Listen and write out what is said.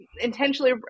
intentionally